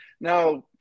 Now